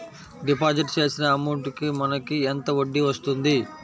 Deposit చేసిన amount కి మనకి ఎంత వడ్డీ వస్తుంది?